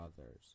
others